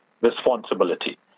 responsibility